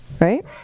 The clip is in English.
right